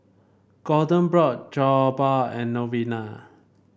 Gorden brought Jokbal and Novella